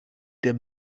der